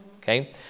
okay